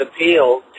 appeal